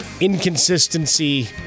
Inconsistency